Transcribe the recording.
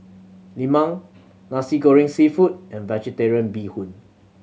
Lemang Nasi Goreng Seafood and Vegetarian Bee Hoon